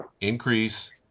increase